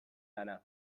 lana